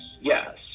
yes